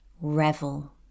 Revel